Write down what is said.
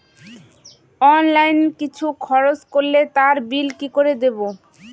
Online কিছু খরচ করলে তার বিল কি করে দেবো?